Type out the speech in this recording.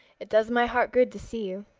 it does my heart good to see you.